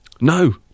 No